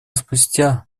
спустя